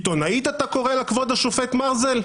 עיתונאית אתה קורא לה, כבוד השופט מרזל?